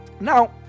Now